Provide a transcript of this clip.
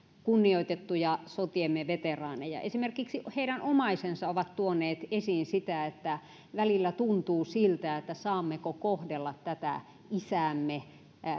kunnioitettuja sotiemme veteraaneja esimerkiksi heidän omaisensa ovat tuoneet esiin sitä että välillä tuntuu siltä että saammeko kohdella tätä isäämme